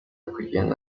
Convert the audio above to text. kugenda